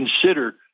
consider